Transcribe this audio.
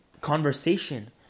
conversation